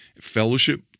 fellowship